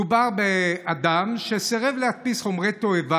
מדובר באדם שסירב להכניס חומרי תועבה